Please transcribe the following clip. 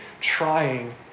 trying